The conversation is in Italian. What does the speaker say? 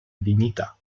dignità